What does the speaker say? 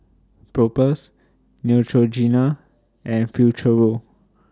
Propass Neutrogena and Futuro